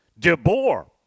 DeBoer